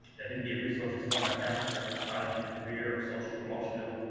that they can get resources from a counselor for college and career, or socio-emotional,